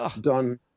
done